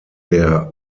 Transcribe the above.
der